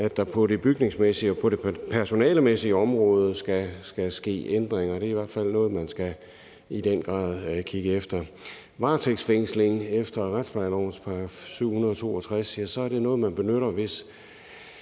at der på det bygningsmæssige og på det personalemæssige område skal ske ændringer. Det er i hvert fald noget, man i den grad skal kigge på. Varetægtsfængsling efter retsplejelovens § 762 er noget, man benytter, hvis